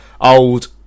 old